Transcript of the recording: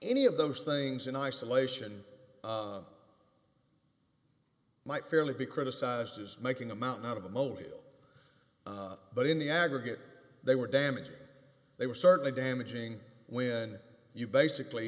any of those things in isolation might fairly be criticized as making a mountain out of a mobile but in the aggregate they were damaging they were certainly damaging when you basically